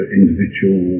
individual